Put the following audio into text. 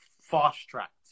fast-tracked